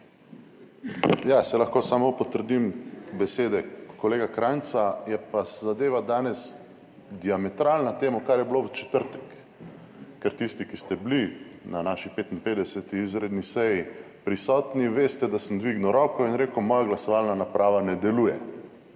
Saj lahko samo potrdim besede kolega Krajnca. Je pa zadeva danes diametralna temu, kar je bilo v četrtek. Ker tisti, ki ste bili na naši 55. izredni seji prisotni, veste, da sem dvignil roko in rekel, moja glasovalna naprava ne deluje.